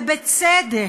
ובצדק,